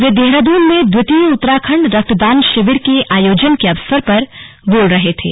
वे देहरादून में द्वितीय उत्तराखण्ड रक्तदान शिविर के आयोजन के अवसर पर बोल रहे थे